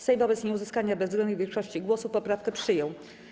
Sejm wobec nieuzyskania bezwzględnej większości głosów poprawkę przyjął.